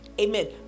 amen